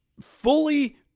fully